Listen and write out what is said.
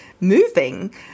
moving